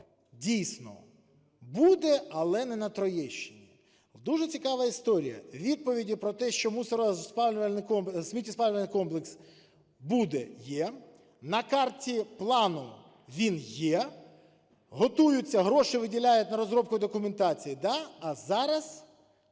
дійсно, буде, але не на Троєщині. Дуже цікава історія. Відповіді про те, що сміттєспалювальний комплекс буде, є. На карті плану він є. Готуються, гроші виділяють на розробку і документацію, так. А зараз